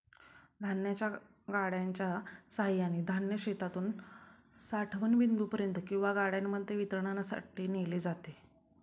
धान्याच्या गाड्यांच्या सहाय्याने धान्य शेतातून साठवण बिंदूपर्यंत किंवा गाड्यांमध्ये वितरणासाठी नेले जाते